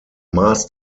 maß